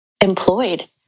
employed